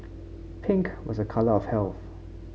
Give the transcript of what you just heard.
pink was a colour of health